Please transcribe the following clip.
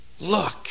Look